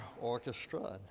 Orchestra